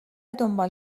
دنبال